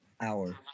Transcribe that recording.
Hour